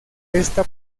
esta